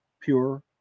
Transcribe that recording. pure